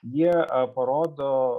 jie parodo